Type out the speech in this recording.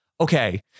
okay